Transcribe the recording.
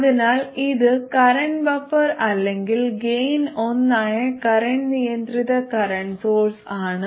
അതിനാൽ ഇത് current buffer അല്ലെങ്കിൽ ഗെയിൻ ഒന്നായ കറന്റ് നിയന്ത്രിത കറന്റ് സോഴ്സ് ആണ്